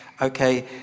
Okay